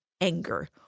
anger